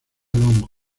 long